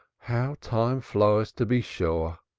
how time flies to be sure.